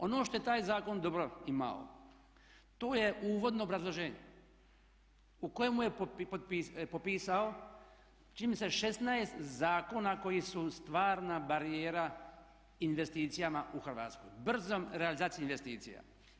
Ono što je taj zakon dobro imao to je u uvodnom obrazloženju u kojemu je popisao čime se 16 zakona koji su stvarna barijera investicijama u Hrvatskoj, brzoj realizaciji investicija.